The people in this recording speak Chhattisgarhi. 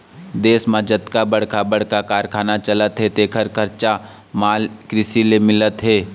देश म जतका बड़का बड़का कारखाना चलत हे तेखर कच्चा माल कृषि ले मिलत हे